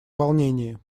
волнении